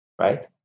right